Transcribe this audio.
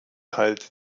teilte